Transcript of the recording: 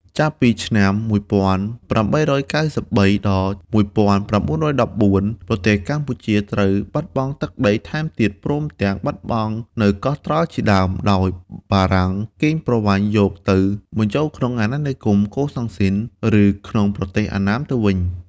ចាប់ពីឆ្នាំ១៨៩៣ ដល់១៩១៤ ប្រទេសខ្មែរត្រូវបាត់បង់ទឹកដីថែមទៀត ព្រមទាំងបាត់បង់នៅកោះត្រល់ជាដើម ដោយបារាំងប្រវ័ញ្ចាយកទៅបញ្ចូលក្នុង អាណានិគមកូសាំងស៊ីន ឬក្នុងប្រទេសអណ្ណាមទៅវិញ។